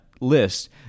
list